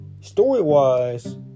story-wise